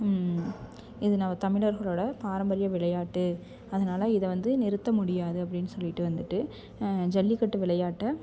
இது நம்ம தமிழர்களோட பாரம்பரிய விளையாட்டு அதனால் இதை வந்து நிறுத்த முடியாது அப்படின்னு சொல்லிட்டு வந்துட்டு ஜல்லிக்கட்டு விளையாட்டை